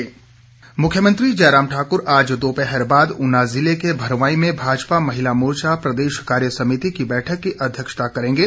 मुख्यमंत्री का दौरा मुख्यमंत्री जयराम ठाक़्र आज दोपहर बाद ऊना जिले के भरवाईं में भाजपा महिला मोर्चा प्रदेश कार्यसमिति की बैठक की अध्यक्षता करेंगे